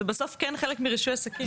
בסוף, זה כן חלק מרישוי עסקים.